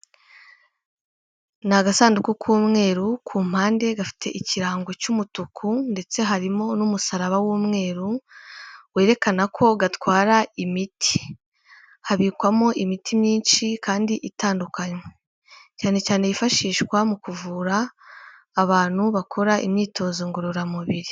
Ni agasanduku k'umweru, ku mpande gafite ikirango cy'umutuku ndetse harimo n'umusaraba w'umweru, werekana ko gatwara imiti. Habikwamo imiti myinshi kandi itandukanye, cyane cyane yifashishwa mu kuvura abantu bakora imyitozo ngororamubiri.